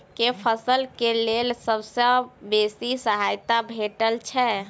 केँ फसल केँ लेल सबसँ बेसी सहायता भेटय छै?